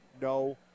no